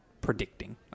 predicting